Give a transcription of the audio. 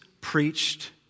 preached